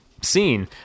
scene